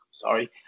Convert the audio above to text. sorry